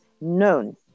known